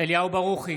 אליהו ברוכי,